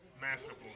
masterful